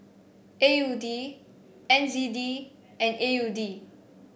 A U D N Z D and A U D